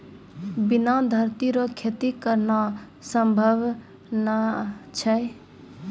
बिना धरती रो खेती करना संभव नै छै